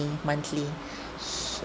monthly s~